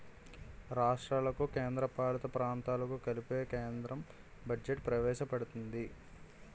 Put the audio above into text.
రాష్ట్రాలకు కేంద్రపాలిత ప్రాంతాలకు కలిపి కేంద్రం బడ్జెట్ ప్రవేశపెడుతుంది